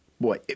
Boy